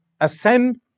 ascend